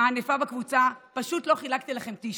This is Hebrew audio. הענפה בקבוצה פשוט לא חילקתי לכם טישו,